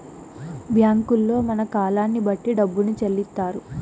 బ్యాంకుల్లో మన కాలాన్ని బట్టి డబ్బును చెల్లిత్తారు